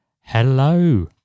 Hello